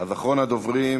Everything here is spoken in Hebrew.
אז אחרון הדוברים,